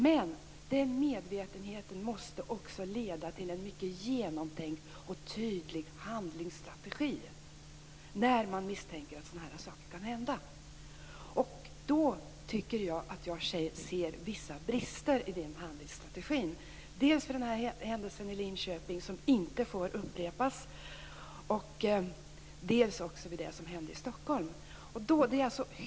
Men den medvetenheten måste också leda till en mycket genomtänkt och tydlig handlingsstrategi när man misstänker att sådana här saker kan hända. Jag tycker att jag ser vissa brister i denna handlingsstrategi. Dels gäller det den här händelsen i Linköping, som inte får upprepas, dels också det som hände i Stockholm.